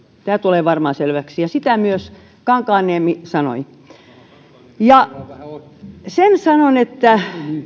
tämä tulee varmaan selväksi ja sitä myös kankaanniemi sanoi ja sen sanon että